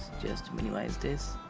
just minimize this.